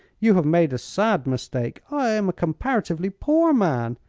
you have made a sad mistake. i am a comparatively poor man.